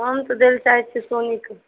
हम तऽ दय लऽ चाहय छीयै सोनीक